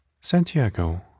Santiago